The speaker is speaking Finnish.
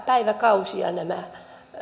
päiväkausia nämä